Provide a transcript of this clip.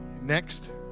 Next